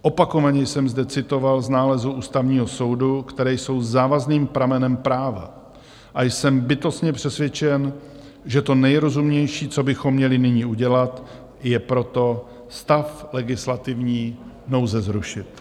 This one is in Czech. Opakovaně jsem zde citoval z nálezů Ústavního soudu, které jsou závazným pramenem práva, a jsem bytostně přesvědčen, že to nejrozumnější, co bychom měli nyní udělat, je proto stav legislativní nouze zrušit.